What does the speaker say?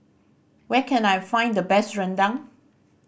where can I find the best rendang